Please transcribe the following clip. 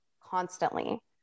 constantly